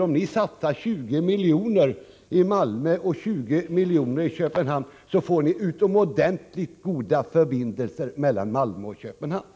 Om det satsas 20 miljoner i Malmö och 20 miljoner i Köpenhamn, kan ni få utomordentligt goda förbindelser mellan Malmö och Köpenhamn.